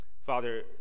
Father